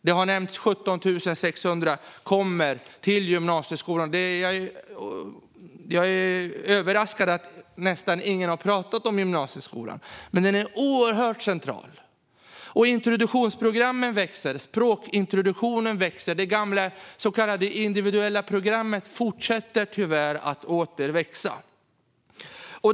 Det har nämnts att 17 600 elever inte hade behörighet till gymnasieskolan. Jag är överraskad att nästan ingen har talat om gymnasieskolan, men den är oerhört central. Introduktionsprogrammen växer. Språkintroduktionen växer. Det gamla så kallade individuella programmet fortsätter tyvärr åter att växa.